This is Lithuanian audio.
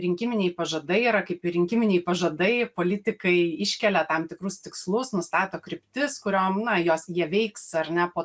rinkiminiai pažadai yra kaip ir rinkiminiai pažadai politikai iškelia tam tikrus tikslus nustato kryptis kuriom na jos jie veiks ar ne po